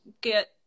get